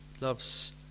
loves